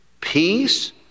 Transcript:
peace